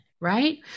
Right